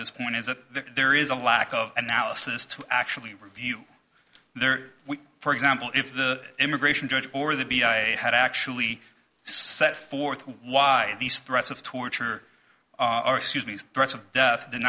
this point is that there is a lack of analysis to actually review there for example if the immigration judge or the b i a had actually set forth why these threats of torture are excuse me threats of death